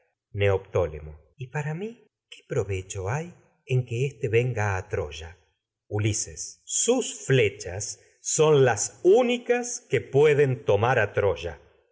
neoptólemo y éste para mi qué provecho hay en que venga a troya sus flechas son ulises mar a las únicas que puéden to troya